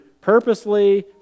purposely